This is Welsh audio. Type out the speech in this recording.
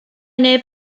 neb